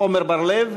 עמר בר-לב?